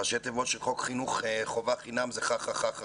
ראשי התיבות של חוק חינוך חובה חינם זה חחחח.